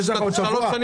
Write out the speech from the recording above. מה, יש לך עוד שבוע?